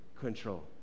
control